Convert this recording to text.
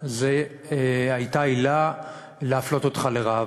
זו הייתה עילה להפלות אותך לרעה.